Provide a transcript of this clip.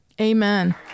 amen